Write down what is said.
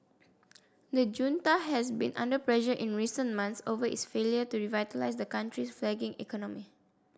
the junta has been under pressure in recent months over its failure to revitalise the country's flagging economy